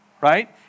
right